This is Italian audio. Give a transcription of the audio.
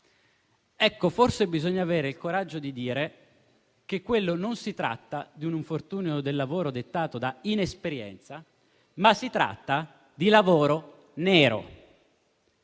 Forse bisogna avere il coraggio di dire che in quel caso non si tratta di un infortunio sul lavoro dettato da inesperienza, ma di lavoro nero.